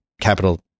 capital